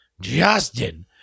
Justin